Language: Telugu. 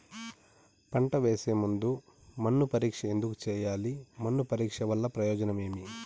పంట వేసే ముందు మన్ను పరీక్ష ఎందుకు చేయాలి? మన్ను పరీక్ష వల్ల ప్రయోజనం ఏమి?